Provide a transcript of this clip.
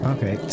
Okay